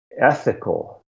ethical